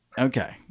okay